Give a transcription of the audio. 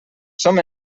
som